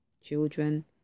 children